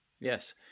Yes